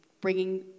bringing